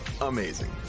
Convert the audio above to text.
amazing